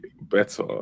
better